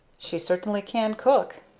she certainly can cook!